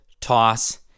toss